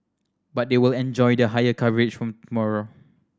but they will enjoy the higher coverage from tomorrow